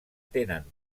tenen